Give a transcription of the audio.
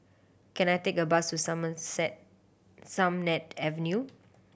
can I take a bus to Some Set Sennett Avenue